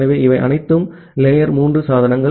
எனவே இவை அனைத்தும் லேயர் மூன்று சாதனங்கள்